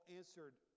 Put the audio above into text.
answered